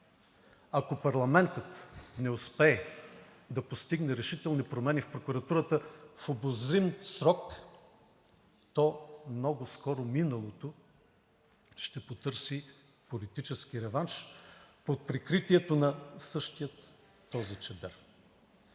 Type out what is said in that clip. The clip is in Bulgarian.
Ако парламентът не успее да постигне решителни промени в прокуратурата в обозрим срок, то много скоро миналото ще потърси политически реванш под прикритието на същия този чадър.